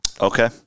Okay